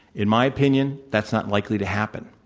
in my opinion that's not likely to happen.